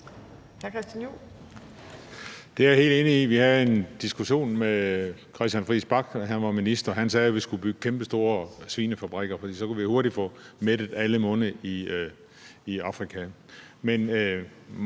Det er jeg helt enig i. Vi havde en diskussion med Christian Friis Bach, da han var minister, og han sagde, at vi skulle bygge kæmpestore svinefabrikker, for så kunne vi jo hurtigt få mættet alle munde i Afrika.